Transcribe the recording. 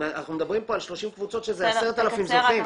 אנחנו מדברים פה על 30 קבוצות שזה 10,000 זוכים.